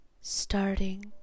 starting